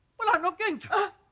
well i'm not going to